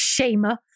shamer